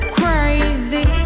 crazy